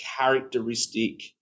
characteristic